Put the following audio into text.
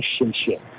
relationship